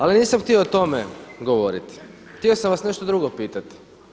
Ali nisam htio o tome govoriti, htio sam vas nešto drugo pitati.